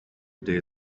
day